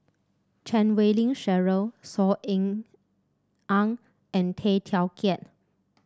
Chan Wei Ling Cheryl Saw Ean Ang and Tay Teow Kiat